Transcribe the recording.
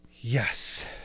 Yes